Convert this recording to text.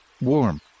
warm